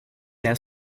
era